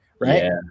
right